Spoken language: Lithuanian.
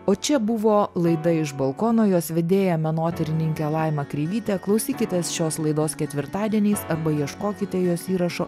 o čia buvo laida iš balkono jos vedėja menotyrininkė laima kreivytė klausykitės šios laidos ketvirtadieniais arba ieškokite jos įrašo